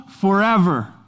forever